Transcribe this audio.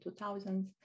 2000s